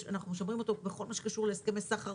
אנחנו שומעים אותו בכל מה שקשור להסכמי סחר